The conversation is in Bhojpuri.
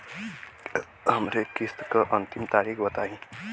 हमरे किस्त क अंतिम तारीख बताईं?